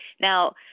Now